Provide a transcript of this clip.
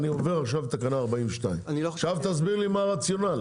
אני עובר לתקנה 42. תסביר לי מה הרציונל.